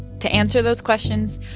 to answer those questions,